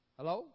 Hello